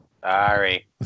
Sorry